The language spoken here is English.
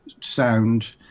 sound